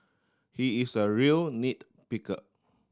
he is a real nit picker